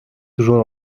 toujours